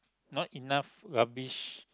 not enough rubbish